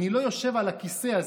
אני לא יושב על הכיסא הזה,